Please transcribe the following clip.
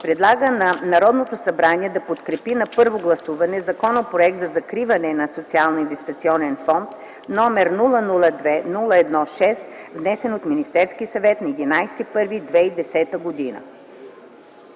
Предлага на Народното събрание да подкрепи на първо гласуване Законопроект за закриване на Социалноинвестиционния фонд, № 002-01-6, внесен от Министерски съвет на 11 януари